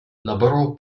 laboro